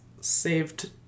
saved